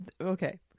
okay